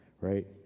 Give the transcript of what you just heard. right